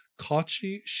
Kachi